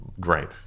great